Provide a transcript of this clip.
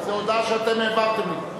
זו הודעה שאתם העברתם לי.